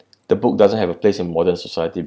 the book doesn't have a place in modern society